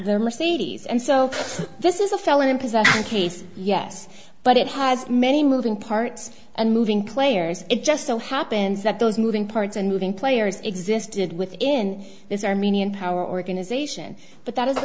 there are c d s and so this is a felon in possession case yes but it has many moving parts and moving players it just so happens that those moving parts and moving players existed within this armenian power organization but that is the